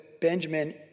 Benjamin